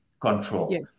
control